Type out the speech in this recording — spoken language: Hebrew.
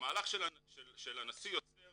המהלך של הנשיא יוצר